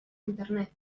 internet